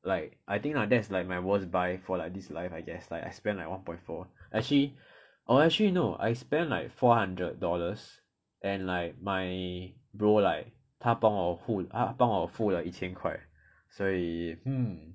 like I think lah that's like my worst buy for like this life I guess like I spend like one point four I actually oh actually no I spend like four hundred dollars and like my bro like 他帮我他帮我付了一千块所以 mm